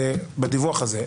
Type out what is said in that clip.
בדיווח הזה: